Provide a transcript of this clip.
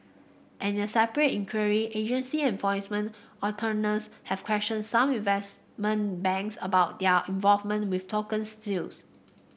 and in a separate inquiry agency enforcement attorneys have questioned some investment banks about their involvement with token sales